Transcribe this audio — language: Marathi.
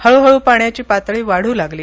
हळूहळू पाण्याची पातळी वाढू लागली